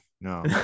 no